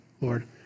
Lord